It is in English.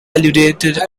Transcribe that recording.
evaluated